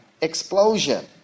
explosion